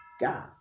God